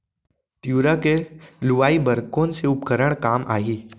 तिंवरा के लुआई बर कोन से उपकरण काम आही?